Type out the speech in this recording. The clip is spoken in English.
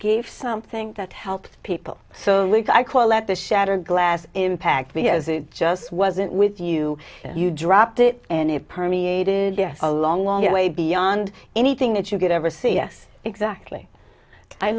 gave something that helped people so i call it the shatter glass impact because it just wasn't with you you dropped it and it permeated a long long way beyond anything that you could ever see yes exactly i